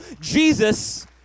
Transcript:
Jesus